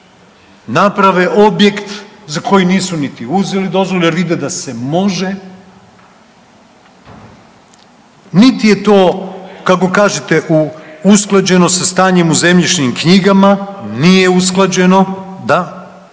naprave objekt za koji nisu niti uzeli dozvolu jer vide da se može, niti je to kako kažete usklađeno sa stanjem u zemljišnim knjigama, nije usklađeno, da.